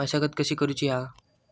मशागत कशी करूची हा?